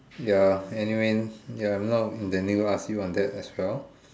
ya anyway ya I'm not I never ask you on that as well